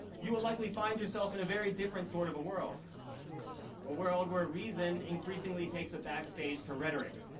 you will likely find yourself in a very different sort of a world a world where reason increasingly takes a back stage to rhetoric,